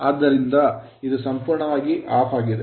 ಆದ್ದರಿಂದ ಇದು ಸಂಪೂರ್ಣವಾಗಿ ಆಫ್ ಆಗಿದೆ